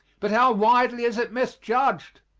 but how widely is it misjudged!